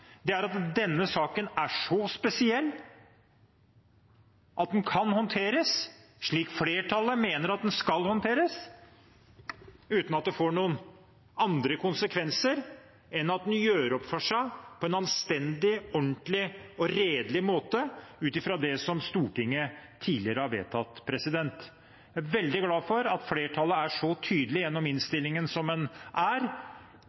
er at denne saken er så spesiell at den kan håndteres slik flertallet mener at den skal håndteres, uten at det får noen andre konsekvenser enn at en gjør opp for seg på en anstendig, ordentlig og redelig måte, ut fra det som Stortinget tidligere har vedtatt. Jeg er veldig glad for at flertallet er så tydelig gjennom innstillingen som en er,